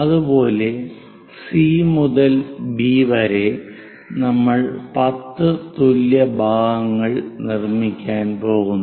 അതുപോലെ സി മുതൽ ബി വരെ നമ്മൾ 10 തുല്യ ഭാഗങ്ങൾ നിർമ്മിക്കാൻ പോകുന്നു